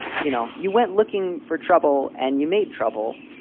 you know, you went looking for trouble and you made trouble.